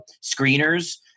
screeners